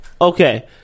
Okay